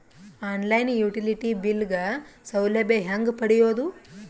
On line utility bill ಗ ಸೌಲಭ್ಯ ಹೇಂಗ ಪಡೆಯೋದು?